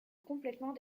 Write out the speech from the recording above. complètement